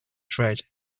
tread